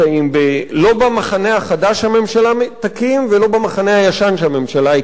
לא במחנה החדש שהממשלה תקים ולא במחנה הישן שהממשלה הקימה כבר,